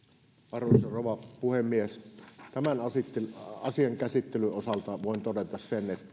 arvoisa rouva puhemies tämän asian käsittelyn osalta voin todeta